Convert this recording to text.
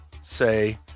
say